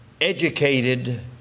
educated